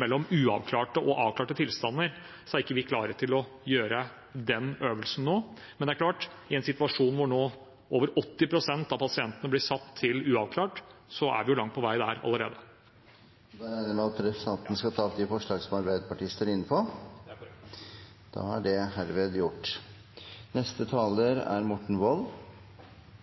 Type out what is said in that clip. mellom uavklarte og avklarte tilstander, er ikke vi klare til å gjøre den øvelsen nå. Men i en situasjon hvor over 80 pst. av pasientene blir satt som uavklart, er vi langt på vei der allerede. Jeg tar opp forslag nr. 1. Representanten Torgeir Micaelsen har tatt opp det forslaget han refererte til. Livet som helsepolitiker er aldri kjedelig. Det å få være med på å legge grunnlaget for det fremtidige Helse-Norge er